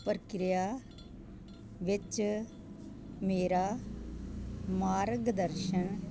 ਪ੍ਰਕਿਰਿਆ ਵਿੱਚ ਮੇਰਾ ਮਾਰਗਦਰਸ਼ਨ